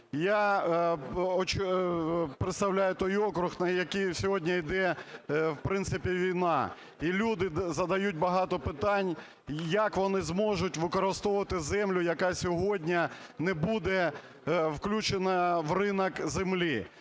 Я представляю той округ, на якому сьогодні йде, в принципі, війна, і люди задають багато питань, як вони зможуть використовувати землю, яка сьогодні не буде включена в ринок землі.